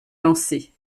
lancé